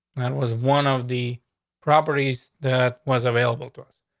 was one of the properties that was available to us.